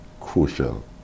crucial